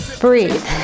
Breathe